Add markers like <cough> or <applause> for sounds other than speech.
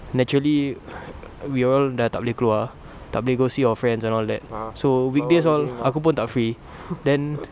naturally <noise> we all sudah tak boleh keluar tak boleh go see our friends and all that so weekdays all aku pun tak free then